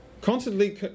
constantly